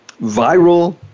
viral